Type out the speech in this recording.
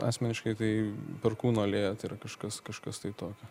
asmeniškai tai perkūno alėja tai yra kažkas kažkas tai tokio